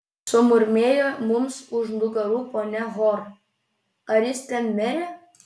sumurmėjo mums už nugarų ponia hor ar jis ten mere